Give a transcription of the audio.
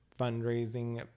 fundraising